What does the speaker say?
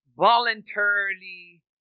voluntarily